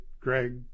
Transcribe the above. Greg